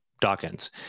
Dawkins